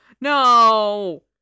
No